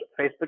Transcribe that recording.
Facebook